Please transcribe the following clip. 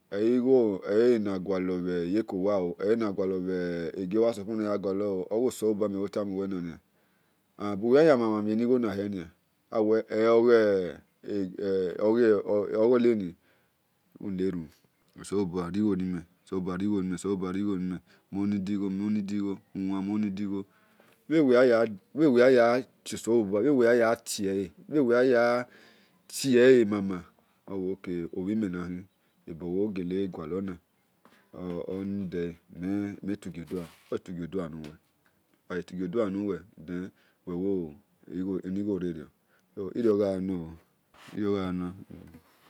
Eyi-igho eyi ena-guolor bhi yekowa eyi-ena gualor bhe su-bha suppose nuweya gualor oghosehobua mentama we-nia o ulerun osalobua righo nimen osalobua righo hemen mone ed igho mo-need igho bhenuwe yon ya-gha tio selobua owe oke obhimen nakhin ebu we gualor na or need eye nee men tuguo delua nuwe enigho rerior so irioghanor oo.